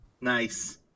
nice